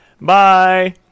bye